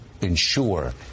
ensure